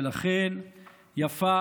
ולכן יפה